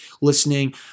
listening